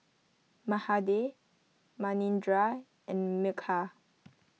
Mahade Manindra and Milkha